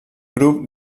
grup